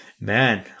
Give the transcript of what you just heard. man